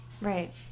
right